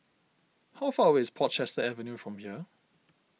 how far away is Portchester Avenue from here